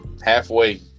Halfway